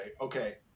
okay